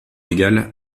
égale